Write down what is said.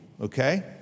okay